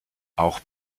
auch